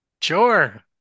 sure